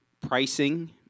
Pricing